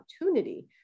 opportunity